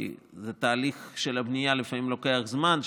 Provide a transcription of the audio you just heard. כי תהליך הבנייה לוקח זמן,